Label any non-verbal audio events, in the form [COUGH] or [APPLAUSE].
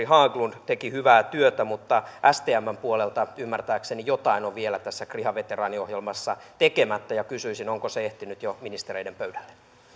[UNINTELLIGIBLE] haglund teki hyvää työtä mutta stmn puolelta ymmärtääkseni jotain on vielä tässä kriha veteraaniohjelmassa tekemättä kysyisin onko se ehtinyt jo ministereiden pöydälle